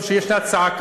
טוב שיש צעקה,